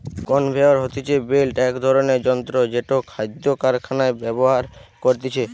conveyor হতিছে belt এক ধরণের যন্ত্র জেটো খাদ্য কারখানায় ব্যবহার করতিছে